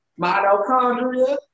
mitochondria